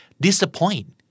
disappoint